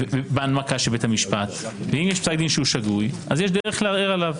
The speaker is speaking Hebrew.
ובהנמקה של בית המשפט ואם יש פסק דין שהוא שגוי יש דרך לערער עליו.